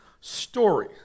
story